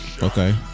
Okay